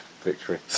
victory